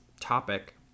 topic